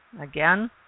again